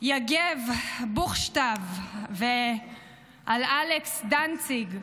יגב בוכשטב ועל אלכס דנציג,